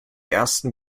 ersten